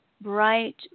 bright